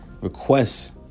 requests